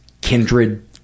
kindred